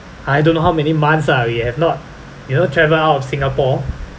I don't know how many months ah we have not you know travel out of singapore